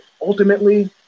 ultimately